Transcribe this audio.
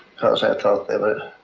because i thought they